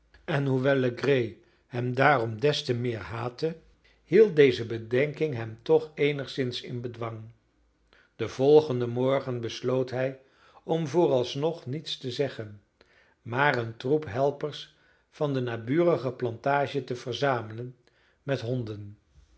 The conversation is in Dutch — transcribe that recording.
en hoewel legree hem daarom des te meer haatte hield deze bedenking hem toch eenigszins in bedwang den volgenden morgen besloot hij om vooralsnog niets te zeggen maar een troep helpers van de naburige plantage te verzamelen met honden